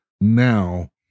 now